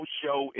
show